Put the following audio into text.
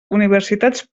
universitats